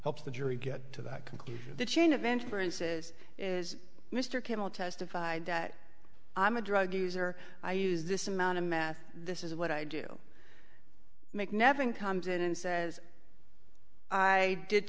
helps the jury get to that conclusion the chain of interferences is mr kimmel testified that i'm a drug user i use this amount of meth this is what i do make neven comes in and says i did